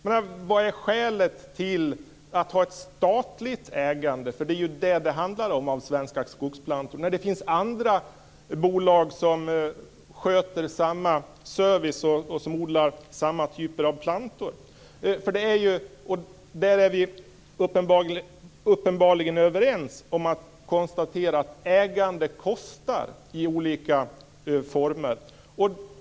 Men vad är skälet till att ha ett statligt ägande i Svenska Skogsplantor, för det är ju vad det handlar om, när det finns andra bolag som ger samma service och odlar samma typer av plantor? Uppenbarligen är vi överens i konstaterandet att ägande kostar i olika former.